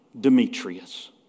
Demetrius